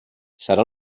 serà